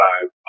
five